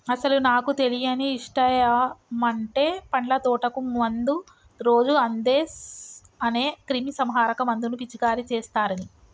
అసలు నాకు తెలియని ఇషయమంటే పండ్ల తోటకు మందు రోజు అందేస్ అనే క్రిమీసంహారక మందును పిచికారీ చేస్తారని